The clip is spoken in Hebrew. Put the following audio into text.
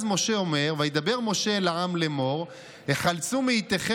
אז משה אומר: "וידבר משה אל העם לאמר החלצו מאתכם